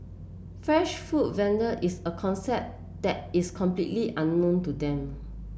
fresh food vending is a concept that is completely unknown to them